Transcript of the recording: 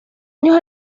años